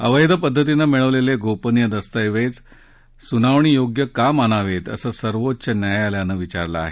अवैध पद्धतीनं मिळवलेले गोपनीय दस्तऐवज सुनावणीयोग्य का मानावेत असं सर्वोच्च न्यायालयानं विचारलं आहे